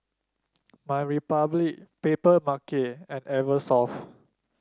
My Republic Papermarket and Eversoft